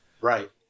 Right